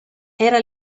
era